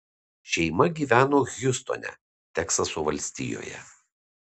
šeima gyveno hjustone teksaso valstijoje